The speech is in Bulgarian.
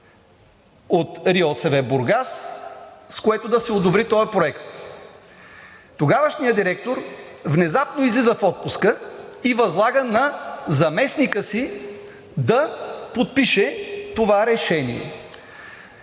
от РИОСВ – Бургас, с което да се одобри този проект. Тогавашният директор внезапно излиза в отпуска и възлага на заместника си да подпише това решение.